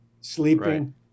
sleeping